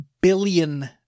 billion